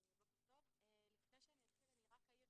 בוקר טוב, לפני שאני אתחיל, אני רק אעיר